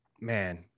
Man